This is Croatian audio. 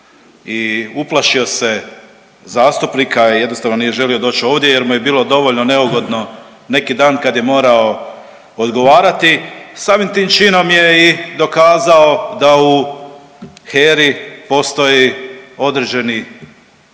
i uplašio se zastupnika i jednostavno nije želio doći ovdje jer mu je bilo dovoljno neugodno neki dan kada je morao odgovarati. Samim tim činom je i dokazao da u HERA-i postoji određeni